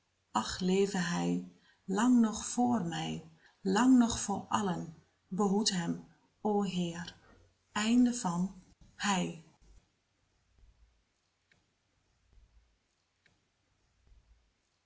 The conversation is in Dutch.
och leve hij lang nog voor mij lang nog voor allen behoed hem o heer